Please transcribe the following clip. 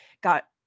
got